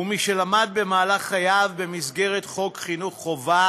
הוא מי שלמד במהלך חייו במסגרת חוק חינוך חובה